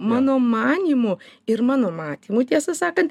mano manymu ir mano matymu tiesą sakan